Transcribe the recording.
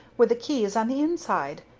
with the keys on the inside.